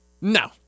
No